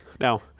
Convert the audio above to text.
Now